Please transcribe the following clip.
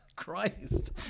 Christ